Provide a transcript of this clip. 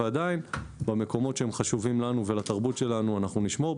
ועדיין במקומות שהם חשובים לנו ולתרבות שלנו אנחנו נשמור,